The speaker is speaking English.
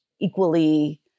equally